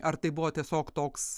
ar tai buvo tiesiog toks